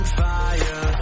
fire